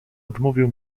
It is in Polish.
odmówił